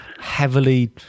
heavily